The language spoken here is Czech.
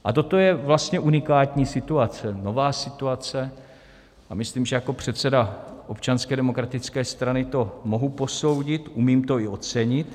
A toto je vlastně unikátní situace, nová situace a myslím, že jako předseda Občanské demokratické strany to mohu posoudit, umím to i ocenit.